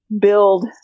build